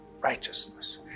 righteousness